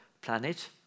planet